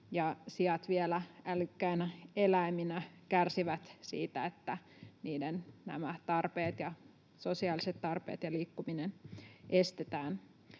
Siat vielä älykkäinä eläiminä kärsivät siitä, että niiden sosiaaliset tarpeet ja liikkuminen estetään.